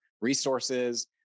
resources